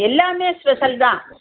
எல்லாமே ஸ்பெசல் தான்